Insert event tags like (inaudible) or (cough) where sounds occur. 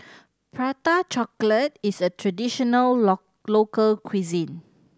Prata Chocolate is a traditional (hesitation) local cuisine